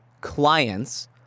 clients